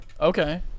Okay